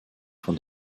von